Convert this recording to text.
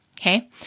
Okay